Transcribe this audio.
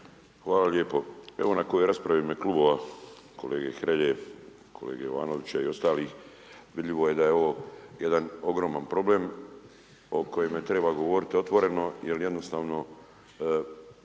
Hvala lijepo. Evo nakon rasprave u ime klubova kolege Hrelje, kolege Jovanovića i ostalih, vidljivo je da je ovo jedan ogroman problem o kojemu treba govoriti otvoreno jer jednostavno